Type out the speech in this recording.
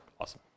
Awesome